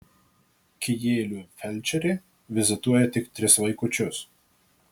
kijėlių felčerė vizituoja tik tris vaikučius